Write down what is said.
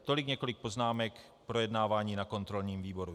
Tolik několik poznámek k projednávání na kontrolním výboru.